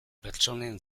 pertsonen